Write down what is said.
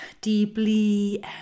deeply